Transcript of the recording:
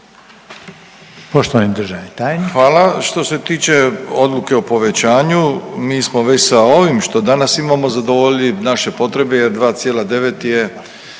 **Milatić, Ivo** Hvala. Što se tiče odluke o povećanju mi smo već sa ovim što danas imamo zadovoljili naše potrebe jer 2,9 je,